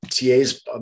ta's